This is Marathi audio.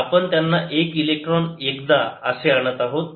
आपण त्यांना एक इलेक्ट्रॉन एकदा असे आणत आहोत